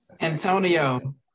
antonio